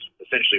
essentially